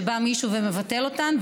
בא מישהו ומבטל אותן,